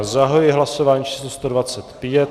Zahajuji hlasování číslo 125.